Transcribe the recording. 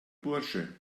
bursche